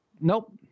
Nope